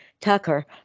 Tucker